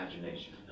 imagination